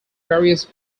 various